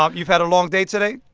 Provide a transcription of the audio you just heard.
um you've had a long day today?